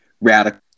radical